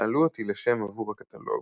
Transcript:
שאלו אותי לשם עבור הקטלוג,